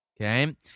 Okay